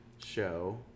Show